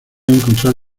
encontrar